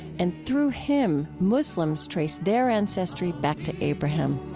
and through him, muslims traced their ancestry back to abraham